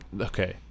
okay